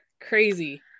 crazy